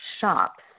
shops